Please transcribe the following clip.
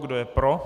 Kdo je pro?